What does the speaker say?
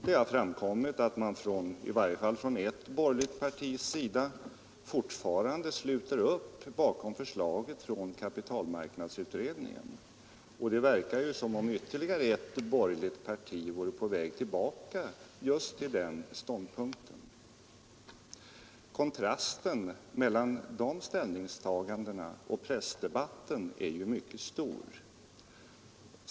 Det har framkommit att man från i varje fall ett borgerligt partis sida fortfarande sluter upp bakom kapitalmarknadsutredningens förslag, och det verkar som om ytterligare ett borgerligt parti vore på väg tillbaka just till den ståndpunkten. Kontrasten mellan dessa ställningstaganden och pressdebatten är ju mycket stor.